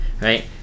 right